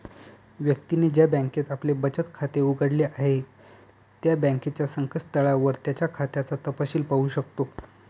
व्यक्तीने ज्या बँकेत आपले बचत खाते उघडले आहे त्या बँकेच्या संकेतस्थळावर त्याच्या खात्याचा तपशिल पाहू शकतो